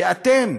שאתם,